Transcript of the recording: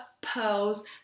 pearls